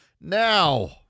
Now